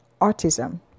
autism